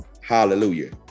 Hallelujah